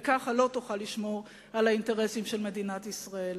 וככה לא תוכל לשמור על האינטרסים של מדינת ישראל.